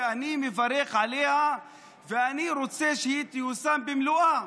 שאני מברך עליה ואני רוצה שהיא תיושם במלואה,